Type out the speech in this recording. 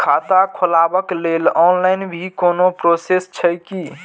खाता खोलाबक लेल ऑनलाईन भी कोनो प्रोसेस छै की?